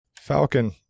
Falcon